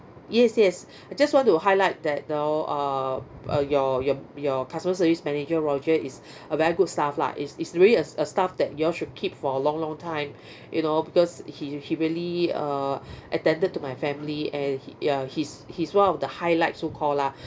yes yes I just want to highlight that you know uh uh your your your customer service manager roger is a very good staff lah it's it's really a a staff that you all should keep for a long long time you know because he he really uh attended to my family and ya he's he's one of the highlights so call lah